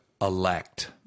elect